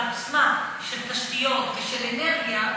על עוצמה של תשתיות ושל אנרגיה,